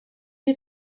die